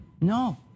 No